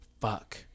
fuck